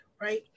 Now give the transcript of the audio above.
right